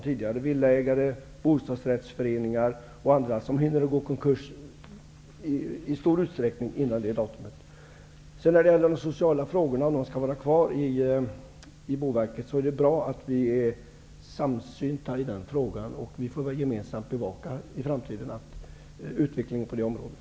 Många villaägare, bostadsrättsföreningar och andra hinner gå i konkurs före denna tidpunkt. Beträffande om de sociala frågorna skall vara kvar i Boverket, är det bra att vi är samsynta i denna fråga. Vi får väl i framtiden gemensamt bevaka utvecklingen på det området.